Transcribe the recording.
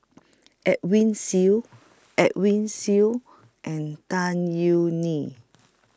Edwin Siew Edwin Siew and Tan YOU Nee